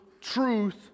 truth